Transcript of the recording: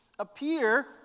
appear